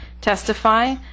testify